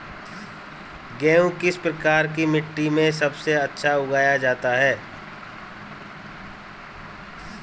गेहूँ किस प्रकार की मिट्टी में सबसे अच्छा उगाया जाता है?